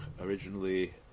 originally